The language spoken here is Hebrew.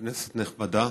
כנסת נכבדה,